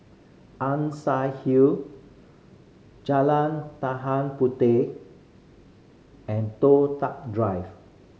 Ann Siang Hill Jalan Puteh and Toh Tuck Drive